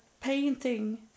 painting